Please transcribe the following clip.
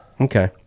Okay